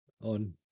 on